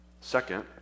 Second